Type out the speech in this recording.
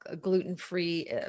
gluten-free